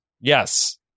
Yes